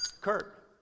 Kurt